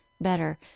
better